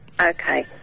okay